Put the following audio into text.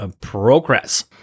progress